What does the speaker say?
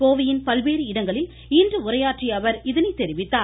கோவையின் பல்வேறு இடங்களில் இன்று உரையாற்றிய அவர் இதனை தெரிவித்தார்